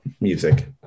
music